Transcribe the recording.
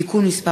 (תיקון מס'